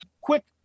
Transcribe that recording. quick